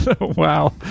Wow